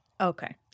Okay